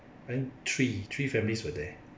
I think three three families were there